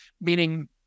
meaning